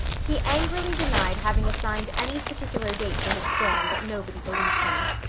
he angrily denied having assigned any particular date for his storm but nobody believed him.